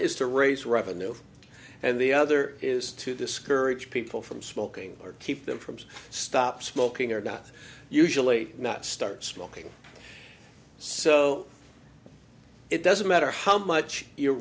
is to raise revenue and the other is to discourage people from smoking or keep them from to stop smoking or not usually not start smoking so it doesn't matter how much